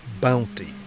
bounty